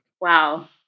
Wow